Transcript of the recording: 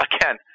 Again